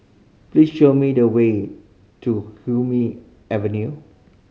please show me the way to Hume Avenue